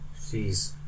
jeez